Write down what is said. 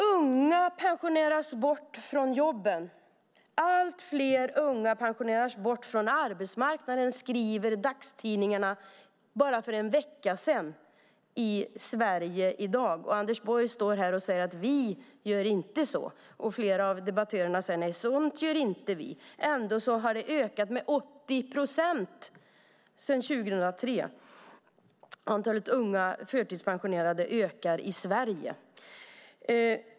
Unga pensioneras bort från jobben. Allt fler unga pensioneras bort från arbetsmarknaden i Sverige i dag. Det skrev dagstidningarna för bara en vecka sedan. Anders Borg står här och säger: Vi gör inte så. Flera av debattörerna säger: Nej, sådant gör inte vi. Ändå har det ökat med 80 procent sedan 2003. Antalet unga förtidspensionerade ökar i Sverige.